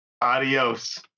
adios